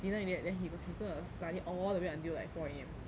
dinner already right then he go he's gonna study all the way until like four A_M